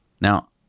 Now